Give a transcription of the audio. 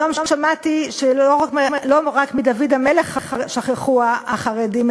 היום שמעתי שלא רק מדוד המלך שכחו החרדים,